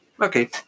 okay